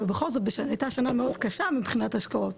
בכל זאת הייתה שנה מאוד קשה מבחינת השקעות